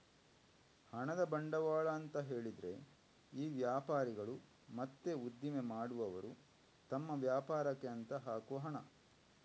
ಹಣದ ಬಂಡವಾಳ ಅಂತ ಹೇಳಿದ್ರೆ ಈ ವ್ಯಾಪಾರಿಗಳು ಮತ್ತೆ ಉದ್ದಿಮೆ ಮಾಡುವವರು ತಮ್ಮ ವ್ಯಾಪಾರಕ್ಕೆ ಅಂತ ಹಾಕುವ ಹಣ